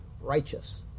righteous